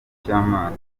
cy’amazi